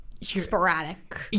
sporadic